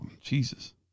Jesus